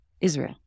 Israel